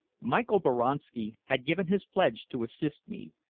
michael boranski had given his pledge to assist me,